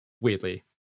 Weirdly